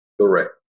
correct